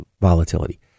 volatility